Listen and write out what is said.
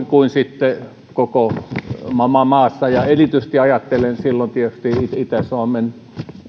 kuin sitten koko maassa ja erityisesti ajattelen silloin tietysti itä itä suomen